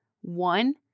One